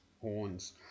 horns